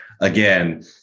Again